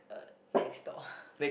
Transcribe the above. uh next door